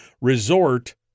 resort